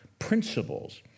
principles